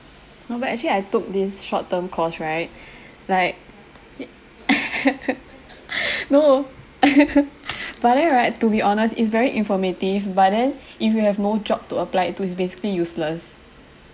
not bad actually I took this short term course right like no but then right to be honest it's very informative but then if you have no job to apply to it's basically useless